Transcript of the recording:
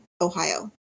Ohio